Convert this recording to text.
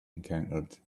encountered